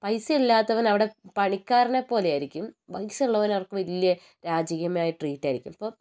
പൈസയില്ലാത്തവൻ അവിടെ പണിക്കാരനെ പോലെയായിരിക്കും പൈസയുള്ളവനെ അവർക്ക് വലിയ രാജകീയമായ ട്രീറ്റായിരിക്കും ഇപ്പം